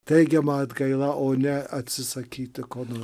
teigiama atgaila o ne atsisakyti ko nors